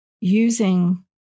Using